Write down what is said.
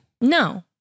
No